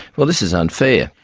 well, this is unfair.